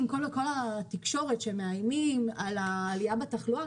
כשמאיימים בתקשורת על העלייה בתחלואה,